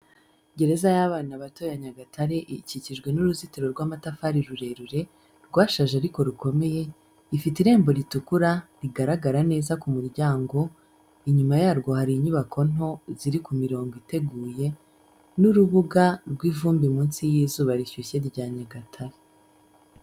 Gereza y’abana bato ya Nyagatare ikikijwe n'uruzitiro rw’amatafari rurerure, rwashaje ariko rukomeye, ifite irembo ritukura rigaragara neza ku muryango, inyuma yarwo hari inyubako nto ziri ku mirongo iteguye, n’urubuga rw’ivumbi munsi y’izuba rishyushye cyane rya Nyagatare.